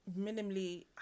minimally